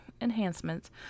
enhancements